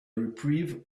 reprieve